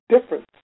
difference